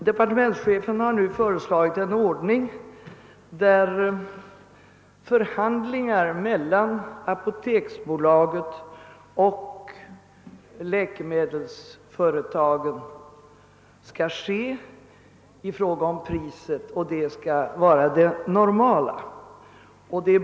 Departementschefen har nu föreslagit en ordning, enligt vilken förhandlingar mellan apoteksbolaget och läkemedelsföretagen skall äga rum i fråga om priset och att det skall vara det normala.